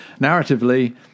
Narratively